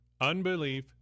unbelief